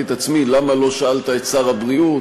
את עצמי למה לא שאלת את שר הבריאות.